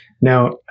Now